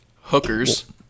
Hookers